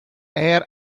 air